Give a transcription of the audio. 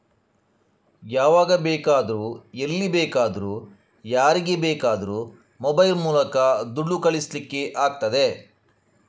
ಯಾವಾಗ ಬೇಕಾದ್ರೂ ಎಲ್ಲಿ ಬೇಕಾದ್ರೂ ಯಾರಿಗೆ ಬೇಕಾದ್ರೂ ಮೊಬೈಲ್ ಮೂಲಕ ದುಡ್ಡು ಕಳಿಸ್ಲಿಕ್ಕೆ ಆಗ್ತದೆ